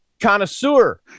connoisseur